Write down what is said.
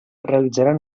realitzaran